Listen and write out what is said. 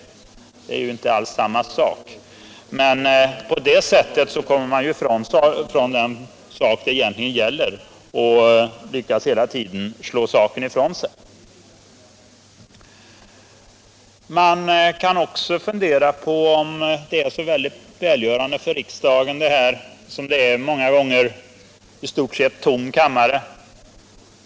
Det är ju inte alls samma sak, men på det sättet kommer man ifrån vad det egentligen gäller och lyckas hela tiden slå frågan ifrån sig. Det finns också skäl att fundera på om det är så välgörande för riksdagen med en många gånger i stort sett tom kammare.